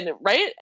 right